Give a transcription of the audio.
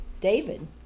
David